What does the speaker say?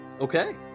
Okay